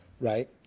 right